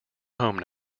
home